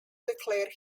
declare